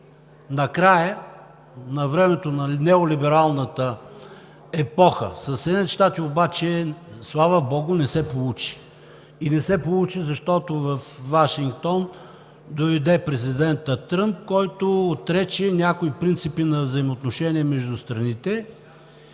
накрая на времето на неолибералната епоха. Със Съединените щати обаче, слава богу, не се получи. И не се получи, защото във Вашингтон дойде президентът Тръмп, който отрече някои принципи на взаимоотношения между страните.